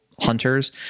hunters